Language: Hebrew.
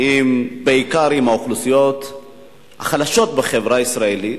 בעיקר עם האוכלוסיות החלשות בחברה הישראלית,